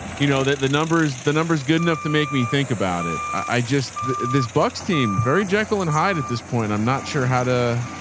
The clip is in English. you know, the the numbers, the numbers. good enough to make me think about it. i just th this box team, very jekyll and hyde at this point. i'm not sure how to.